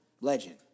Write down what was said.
Legend